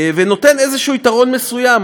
זה נותן איזה יתרון מסוים,